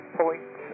point